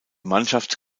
mannschaft